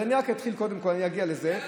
אז אני רק אתחיל קודם כול, אני אגיע לזה.